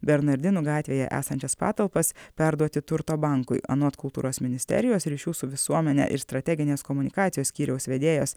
bernardinų gatvėje esančias patalpas perduoti turto bankui anot kultūros ministerijos ryšių su visuomene ir strateginės komunikacijos skyriaus vedėjos